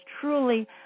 truly